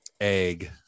egg